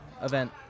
event